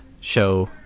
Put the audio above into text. show